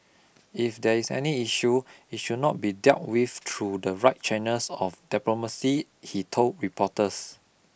if there is any issue it should not be dealt with through the right channels of diplomacy he told reporters